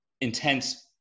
intense